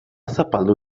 zapaldu